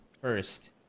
first